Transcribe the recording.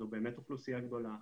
זו באמת אוכלוסייה גדולה,